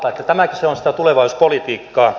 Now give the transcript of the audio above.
tämäkö se on sitä tulevaisuuspolitiikkaa